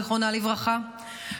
זיכרונה לברכה,